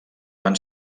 van